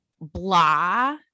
blah